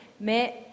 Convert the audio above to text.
mais